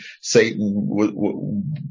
Satan